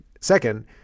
Second